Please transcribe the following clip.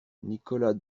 nicolas